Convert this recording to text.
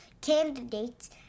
candidates